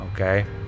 okay